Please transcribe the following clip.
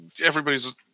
everybody's